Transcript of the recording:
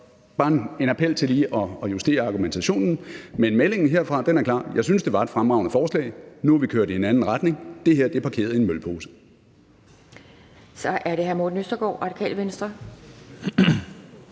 gerne appellere til en justering af argumentationen. Meldingen herfra er klar: Jeg synes, det var et fremragende forslag; nu er vi kørt i en anden retning. Det her er parkeret i en mølpose. Kl. 10:47 Anden næstformand (Pia